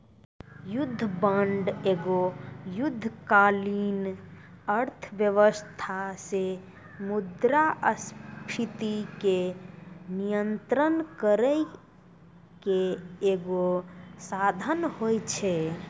युद्ध बांड एगो युद्धकालीन अर्थव्यवस्था से मुद्रास्फीति के नियंत्रण करै के एगो साधन होय छै